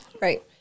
right